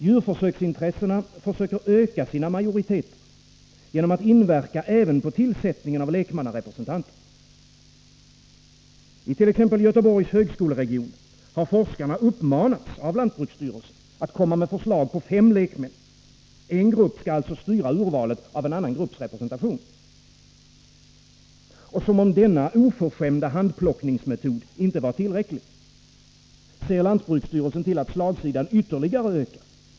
Djurförsöksintressenterna söker öka sina majoriteter genom att inverka även på tillsättningen av lekmannarepresentanter. I t.ex. Göteborgs högskoleregion har forskarna uppmanats av lantbruksstyrelsen att framlägga förslag på fem lekmän. En grupp skall alltså styra urvalet av en annan grupps representation. Som om denna oförskämda handplockningsmetod inte var tillräcklig ser lantbruksstyrelsen till att slagsidan ökar ytterligare.